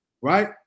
right